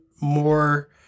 more